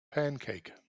pancake